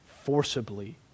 forcibly